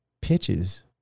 pitches